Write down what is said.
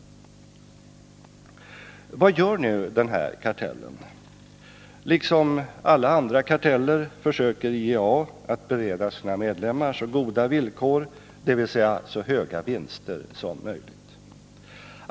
Vad gör nu den här kartellen? Liksom alla andra karteller försöker IEA att bereda sina medlemmar så goda villkor, dvs. så höga vinster, som möjligt.